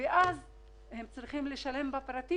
כיוון שהם גרים רחוק.